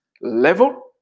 level